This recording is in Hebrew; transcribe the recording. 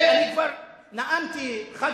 ואני כבר נאמתי 11,